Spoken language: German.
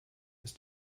ist